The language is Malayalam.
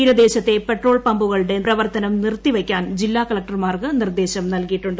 തീരദേശത്തെ പെട്രോൾപമ്പുകളുടെ പ്രവർത്തനം നിർത്തി വയ്ക്കാൻ ജില്ലാകളക്ടർമാർക്ക് നിർദ്ദേശം നൽകിയിട്ടുണ്ട്